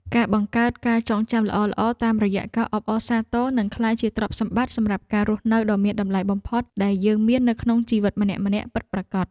ការបង្កើតការចងចាំល្អៗតាមរយៈការអបអរសាទរនឹងក្លាយជាទ្រព្យសម្បត្តិសម្រាប់ការរស់នៅដ៏មានតម្លៃបំផុតដែលយើងមាននៅក្នុងជីវិតម្នាក់ៗពិតប្រាកដ។